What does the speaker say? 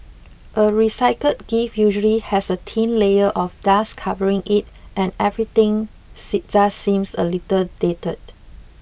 a recycled gift usually has a thin layer of dust covering it and everything see just seems a little dated